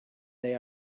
they